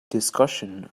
discussion